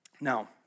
Now